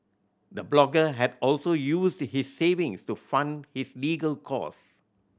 the blogger had also used his savings to fund his legal cost